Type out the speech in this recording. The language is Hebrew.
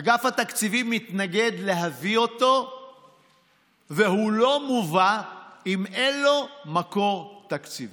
אגף התקציבים מתנגד להביא אותו והוא לא מובא אם אין לו מקור תקציבי.